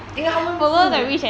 因为他们是